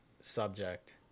subject